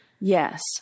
Yes